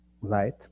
light